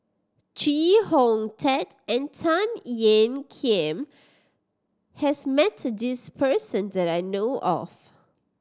Chee Hong Tat and Tan Ean Kiam has met this person that I know of